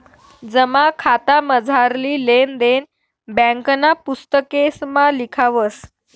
जमा खातामझारली लेन देन ब्यांकना पुस्तकेसमा लिखावस